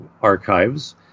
archives